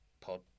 pod